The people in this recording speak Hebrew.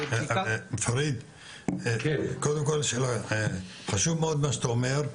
פריד קודם כל חשוב מאוד מה שאתה אומר,